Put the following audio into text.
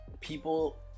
people